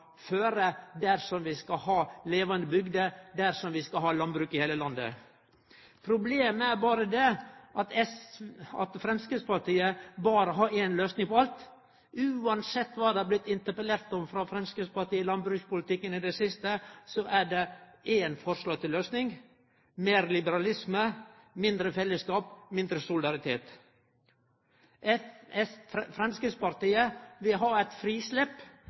føre dersom vi skal ha levande bygder, og dersom vi skal ha landbruk i heile landet. Problemet er at Framstegspartiet berre har ei løysing på alt. Same kva det har blitt interpellert om frå Framstegspartiet i landbrukspolitikken i det siste, er det eitt forslag til løysing: meir liberalisme, mindre fellesskap, mindre solidaritet. Framstegspartiet vil ha eit frislepp,